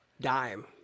Dime